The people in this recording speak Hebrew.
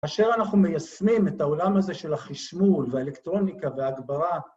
כאשר אנחנו מיישמים את העולם הזה של החשמול ואלקטרוניקה וההגברה.